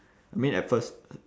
I mean at first